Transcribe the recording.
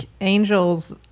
Angel's